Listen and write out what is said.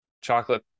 chocolate